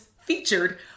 featured